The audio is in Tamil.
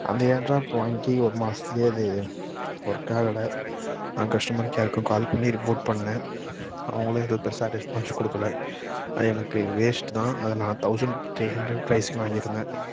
அந்த ஏர் டிராப் வாங்கி ஒரு மாசத்துலேயே அது ஒர்க் ஆகலை நான் கஸ்டமர் கேருக்கு கால் பண்ணியும் ரிப்போர்ட் பண்ணேன் அவங்களும் எதுவும் பெருசாக ரெஸ்பான்ஸ் கொடுக்கல அது எனக்கு வேஸ்ட் தான் அதை நான் தவுசண்ட் த்ரீ ஹண்ட்ரட் ப்ரைஸுக்கு வாங்கிருந்தேன்